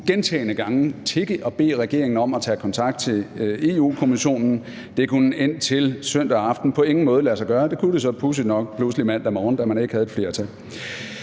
gentagne gange tigge og bede regeringen om at tage kontakt til Europa-Kommissionen. Det kunne indtil søndag aften på ingen måde lade sig gøre. Det kunne det så pudsigt nok pludselig mandag morgen, da man ikke havde et flertal.